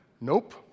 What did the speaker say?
Nope